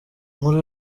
nkuru